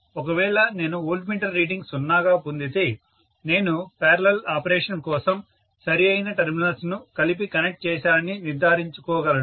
ఒకవేళ నేను volt meter reading 0 గా పొందితే నేను పారలల్ ఆపరేషన్ కోసం సరి అయిన టెర్మినల్స్ ను కలిపి కనెక్ట్ చేశానని నిర్ధారించుకోగలను